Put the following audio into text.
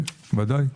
ודאי.